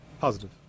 Positive